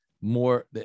more